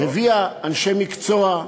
הביאה אנשי מקצוע.